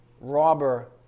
robber